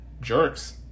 Jerks